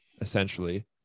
essentially